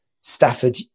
Stafford